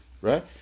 right